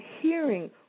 hearing